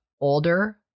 older